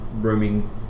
roaming